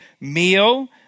meal